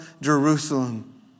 Jerusalem